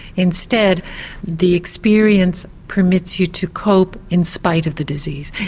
instead the experience permits you to cope in spite of the disease.